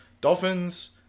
Dolphins